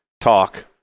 talk